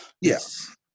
Yes